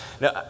now